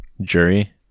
Jury